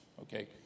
okay